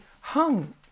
hung